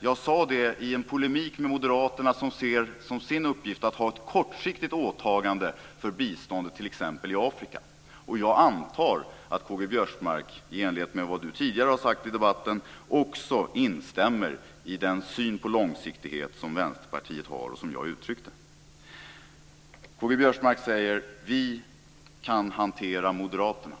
Jag sade det i polemik med moderaterna som ser det som sin uppgift att ha ett kortsiktigt åtagande för biståndet, t.ex. i Afrika. Jag antar att K-G Biörsmark, i enlighet med vad han tidigare sagt i debatten, också instämmer i den syn på långsiktigheten som Vänsterpartiet har och som jag uttryckte. K-G Biörsmark säger: Vi kan hantera moderaterna.